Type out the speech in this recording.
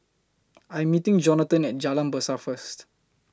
I Am meeting Johnathon At Jalan Berseh First